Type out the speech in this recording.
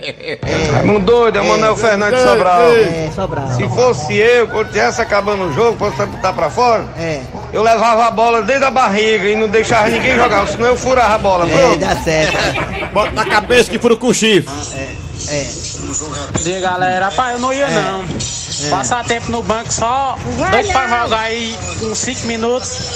É, É um doido, é o Manoel é. Fernandes É. Sobral. É, Sobral. Se fosse eu, quando tivesse acabando o jogo, fosse botar pra fora, É. eu levava a bola desde a barriga e não deixava ninguém jogar, É. senão eu furava a bola, viu? É, dá certo. Bota na cabeça que fura com o chifre. É, é. Diga, galera, rapaz, eu não ia, É, não. é. Passar tempo no banco só, dois Vai- pra jogar aí, uns cinco minutos.